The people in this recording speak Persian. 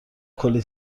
کلّی